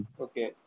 okay